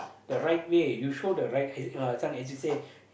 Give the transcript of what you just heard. the right way you show the right as uh this one as you say